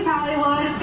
Hollywood